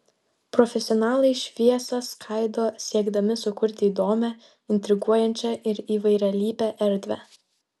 profesionalai šviesą skaido siekdami sukurti įdomią intriguojančią ir įvairialypę erdvę